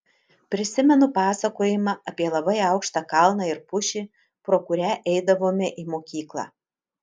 prisimenu pasakojimą apie labai aukštą kalną ir pušį pro kurią eidavome į mokyklą